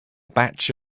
batch